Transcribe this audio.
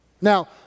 Now